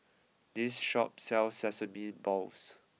this shop sells sesame balls